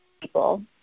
people